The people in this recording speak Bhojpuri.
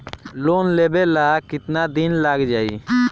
लोन लेबे ला कितना दिन लाग जाई?